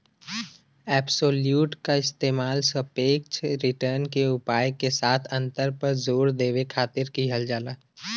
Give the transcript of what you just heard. absolute क इस्तेमाल सापेक्ष रिटर्न के उपाय के साथ अंतर पर जोर देवे खातिर किहल जाला